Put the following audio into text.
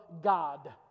God